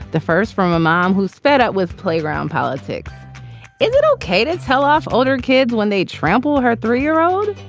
the first from a mom who's fed up with playground politics. is it okay to tell off older kids when they trample her three year old?